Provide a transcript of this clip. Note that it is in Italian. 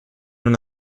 non